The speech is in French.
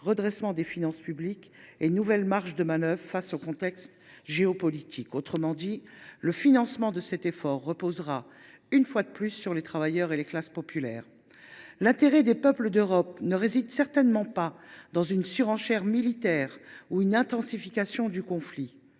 redressement des finances publiques » et « nouvelles marges de manœuvre » face au contexte géopolitique. Autrement dit, le financement de cet effort reposera, une fois de plus, sur les travailleurs et les classes populaires. L’intérêt des peuples d’Europe ne réside certainement pas dans une surenchère militaire ou une intensification du conflit.